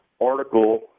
article